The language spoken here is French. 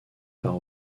par